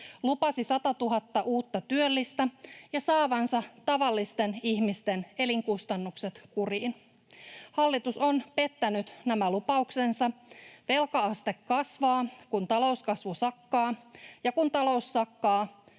lupasi 100 000 uutta työllistä ja saavansa tavallisten ihmisten elinkustannukset kuriin. Hallitus on pettänyt nämä lupauksensa. Velka-aste kasvaa, kun talouskasvu sakkaa, ja kun talous sakkaa,